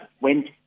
went